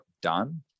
done